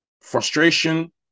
frustration